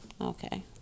Okay